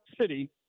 City